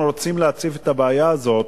אנחנו רוצים להציף את הבעיה הזאת,